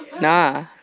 nah